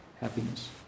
happiness